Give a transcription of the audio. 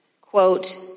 Quote